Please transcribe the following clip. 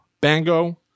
Bango